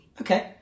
Okay